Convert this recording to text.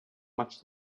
much